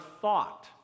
thought